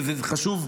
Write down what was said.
וזה חשוב,